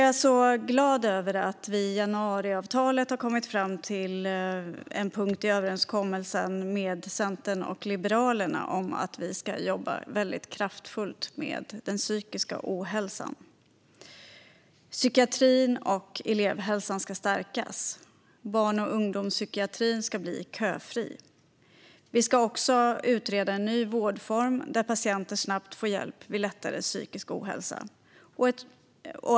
Jag är glad över att vi i januariavtalet, överenskommelsen med Centerpartiet och Liberalerna, har kommit fram till en punkt om att jobba kraftfullt med den psykiska ohälsan. Psykiatrin och elevhälsan ska stärkas. Barn och ungdomspsykiatrin ska bli köfri. Vi ska också utreda en ny vårdform där patienter snabbt kan få hjälp med lättare psykisk ohälsa.